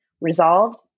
resolved